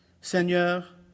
Seigneur